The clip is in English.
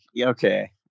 Okay